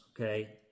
okay